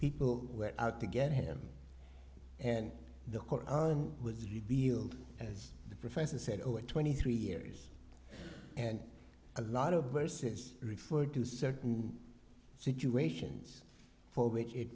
people were out to get him and the koran was revealed as the professor said over twenty three years and a lot of verses refer to certain situations for which it